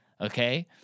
Okay